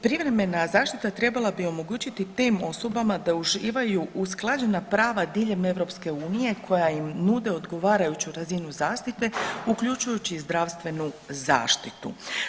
Privremena zaštita trebala bi omogućiti tih osobama da uživaju usklađena prava diljem EU koja im nude odgovarajuću razinu zaštite uključujući i zdravstvenu zaštitu.